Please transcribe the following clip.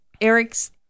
Eric's